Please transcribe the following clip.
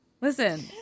Listen